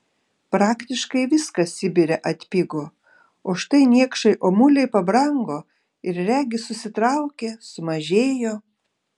praktiškai viskas sibire atpigo o štai niekšai omuliai pabrango ir regis susitraukė sumažėjo